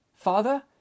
Father